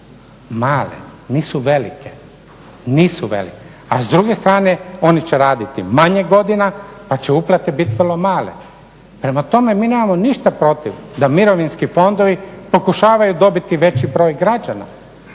male, nisu velike. Nisu velike. A s druge strane oni će raditi manje godina pa će uplate biti vrlo male. Prema tome, mi nemamo ništa protiv da mirovinski fondovi pokušavaju dobiti veći broj građana.